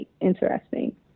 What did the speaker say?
interesting